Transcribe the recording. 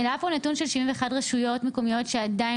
היה פה נתון של 71 רשויות מקומיות שעדיין